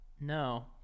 No